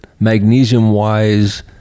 Magnesium-wise